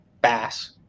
bass